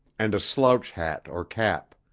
and a slouch hat or cap.